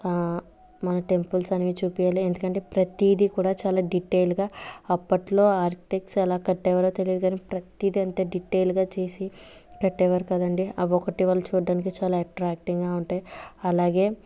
మన టెంపుల్స్ అనేవి చూపించాలి ఎందుకంటే ప్రతిదీ కూడా చాలా డీటెయిల్గా అప్పట్లో ఆర్కిటెక్స్ ఎలా కట్టేవారు తెలియదు కాని ప్రతిదీ ఎంత డీటెయిల్గా చేసి కట్టేవారు కదండీ అవి ఒకటి వాళ్ళు చూడ్డానికి చాలా అట్ట్రాక్టింగ్గా ఉంటాయి అలాగే